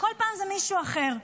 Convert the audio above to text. כל פעם זה מישהו אחר.